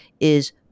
is-